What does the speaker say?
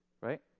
Right